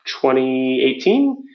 2018